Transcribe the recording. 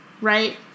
right